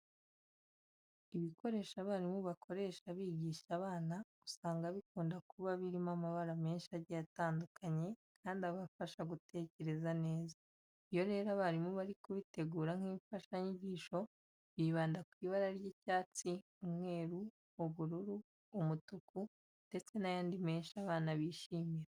Ibikoresho abarimu bakoresha bigisha abana usanga bikunda kuba birimo amabara menshi agiye atandukanye, kandi abafasha gutekereza neza. Iyo rero abarimu bari kubitegura nk'imfashanyigisho bibanda ku ibara ry'icyatsi, umweru, ubururu, umutuku ndetse n'ayandi menshi abana bishimira.